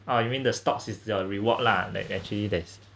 oh you mean the stocks is your reward lah that actually that's